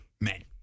men